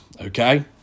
Okay